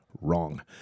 wrong